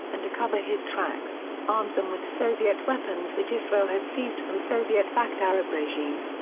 and to cover his tracks, armed them with soviet weapons which israel had seized from soviet-backed arab regimes,